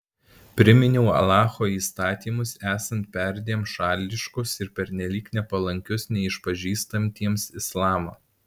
priminiau alacho įstatymus esant perdėm šališkus ir pernelyg nepalankius neišpažįstantiems islamo